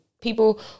people